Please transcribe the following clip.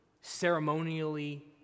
ceremonially